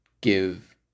give